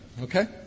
Okay